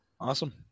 Awesome